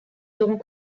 seront